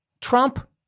Trump